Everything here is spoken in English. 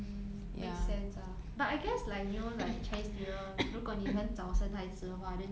mm makes sense ah but I guess like you know like chinese new year 如果你们早生孩子的话 then